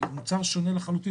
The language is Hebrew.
זה מוצר שונה לחלוטין